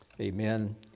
amen